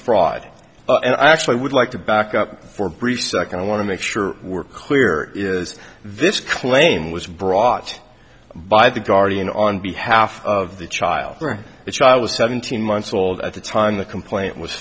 fraud and i actually would like to back up for brief second i want to make sure we're clear is this claim was brought by the guardian on behalf of the child for which i was seventeen months old at the time the complaint was